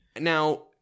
Now